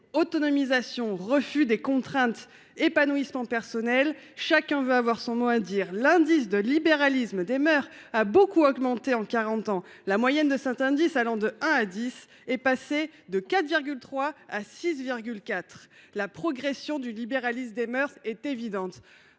Autonomisation, refus des contraintes, épanouissement personnel : chacun veut avoir son mot à dire. L’indice de libéralisme des mœurs a beaucoup augmenté en quarante ans : la moyenne de cet indice, allant de 1 à 10, est passée de 4,3 à 6,4. » Selon cette étude, la progression du libéralisme des mœurs est évidente.